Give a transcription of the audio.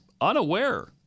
unaware